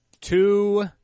two